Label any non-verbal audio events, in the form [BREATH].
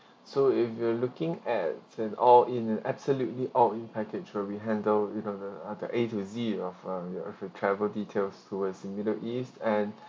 so if you're looking at in all in an absolutely all in package where we handled you know the uh the a to z of um you have the travel details towards the middle east and [BREATH]